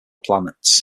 planets